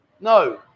No